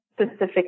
specific